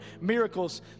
miracles